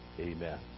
Amen